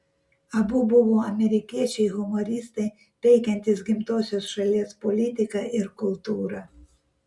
abu buvo amerikiečiai humoristai peikiantys gimtosios šalies politiką ir kultūrą